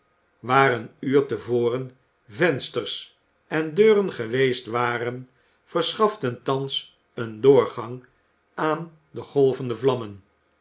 waar een uur te voren vensters en deuren geweest waren verschaften thans een doorgang aan de golvende vlammen